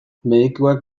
medikuek